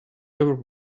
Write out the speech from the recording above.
ever